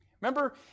Remember